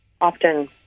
often